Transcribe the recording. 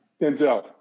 Denzel